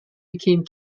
became